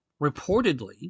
reportedly